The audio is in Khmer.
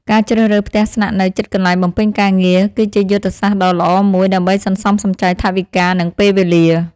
ការជ្រើសរើសផ្ទះស្នាក់នៅជិតកន្លែងបំពេញការងារគឺជាយុទ្ធសាស្ត្រដ៏ល្អមួយដើម្បីសន្សំសំចៃថវិកានិងពេលវេលា។